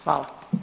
Hvala.